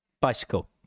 bicycle